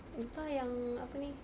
entah yang apa ni